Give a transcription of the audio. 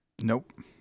Nope